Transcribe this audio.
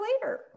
later